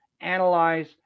analyze